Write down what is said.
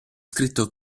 scritto